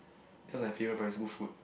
that was my favourite primary school food